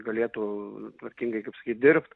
galėtų tvarkingai kaip sakyt dirbt